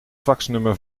faxnummer